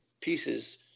pieces